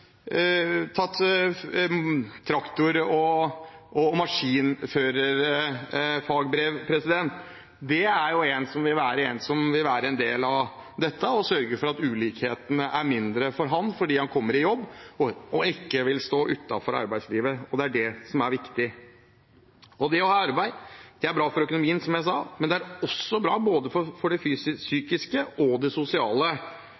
tatt traktor- og maskinførerfagbrev. Dette er noe som vil være en del av det å sørge for at ulikhetene er mindre, også for ham, fordi han kommer i jobb og ikke vil måtte stå utenfor arbeidslivet – og det er det som er viktig. Det å ha arbeid er bra for økonomien, som jeg sa, men det er også bra for både det